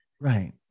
Right